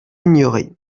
ignorée